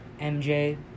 MJ